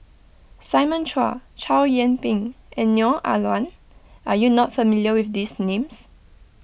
Simon Chua Chow Yian Ping and Neo Ah Luan are you not familiar with these names